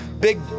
big